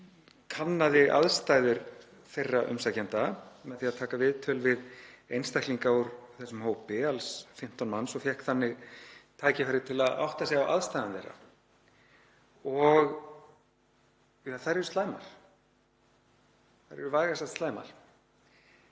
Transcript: kannaði aðstæður þeirra umsækjenda með því að taka viðtöl við einstaklinga úr þessum hópi, alls 15 manns, og fékk þannig tækifæri til að átta sig á aðstæðum þeirra og þær eru slæmar. Þær eru vægast sagt slæmar.